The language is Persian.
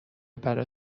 برا